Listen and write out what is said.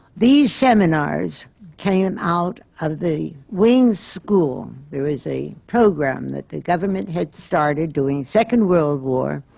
these seminars came out of the wing's school. there was a program that the government had started, during second world war,